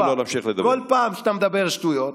כל פעם שאתה מדבר שטויות,